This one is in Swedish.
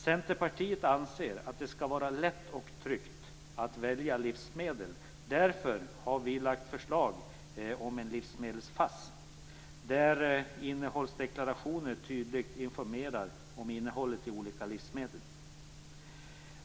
Centerpartiet anser att det skall vara lätt och tryggt att välja livsmedel, och därför har vi lagt förslag om en "livsmedels-FASS", där innehållsdeklarationer tydligt informerar om innehållet i olika livsmedel.